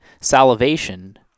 salivation